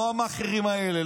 לא המאכערים האלה,